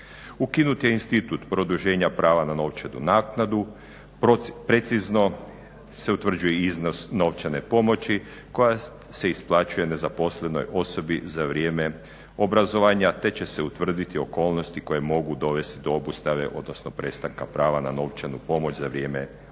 Ukinut je institut produženja prava na novčanu naknadu, precizno se utvrđuje iznos novčane pomoći koja se isplaćuje nezaposlenoj osobi za vrijeme obrazovanja te će utvrditi okolnosti koje mogu dovesti do obustave odnosno prestanka prava na novčanu pomoć za vrijeme obrazovanja.